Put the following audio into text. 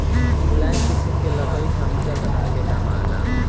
मुलायम किसिम के लकड़ी फर्नीचर बनावे के काम आवेला